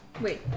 Wait